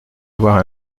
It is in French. avoir